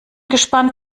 gespannt